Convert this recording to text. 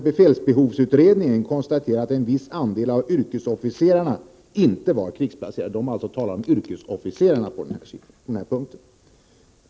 Befälsbehovsutredningen konstaterar att en viss andel av yrkesofficerarna inte var krigsplacerade.